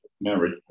married